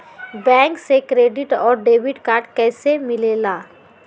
Bank से credit और debit card कैसी मिलेला?